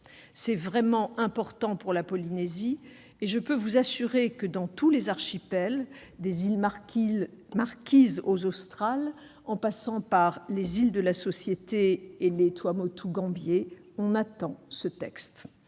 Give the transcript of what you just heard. C'est vraiment important pour la Polynésie. Je peux vous assurer que, dans tous les archipels, des îles Marquises aux Australes, en passant par les îles de la Société et les Tuamotu-Gambier, on attend ce texte.